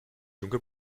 junge